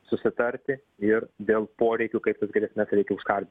susitarti ir dėl poreikių kaip juos galėtume reikia užkardyt